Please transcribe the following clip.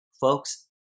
Folks